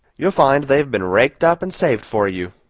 you'll find they've been raked up and saved for you.